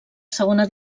segona